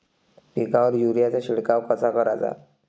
पिकावर युरीया चा शिडकाव कसा कराचा?